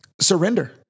Surrender